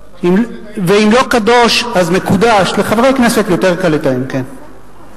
ארוכה מרשימת ההמתנה לטיסות המוזלות ב-99 דולר לכל מיני